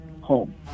home